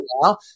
now